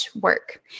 work